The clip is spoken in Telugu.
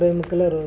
ప్రేమికుల రోజు